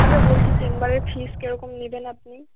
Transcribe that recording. আচ্ছা বলছি চেম্বারে ফিজ কীরকম নেবেন আপনি